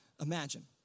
imagine